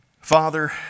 Father